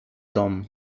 dom